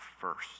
first